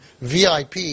VIP